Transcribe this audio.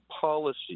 policy